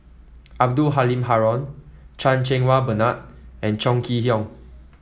Abdul Halim Haron Chan Cheng Wah Bernard and Chong Kee Hiong